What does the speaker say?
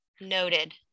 noted